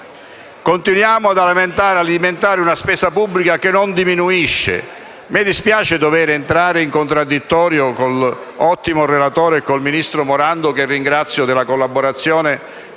Continuiamo ad alimentare una spesa pubblica che non diminuisce. Mi dispiace dovere entrare in contraddittorio con l'ottimo relatore e con il vice ministro Morando, che ringrazio per la collaborazione